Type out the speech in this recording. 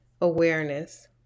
awareness